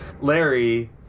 Larry